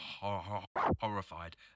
horrified